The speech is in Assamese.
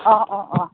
অঁ অঁ অঁ